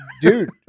dude